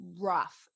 rough